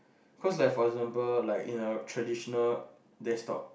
cause like for example like in a traditional desktop